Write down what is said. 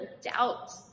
doubt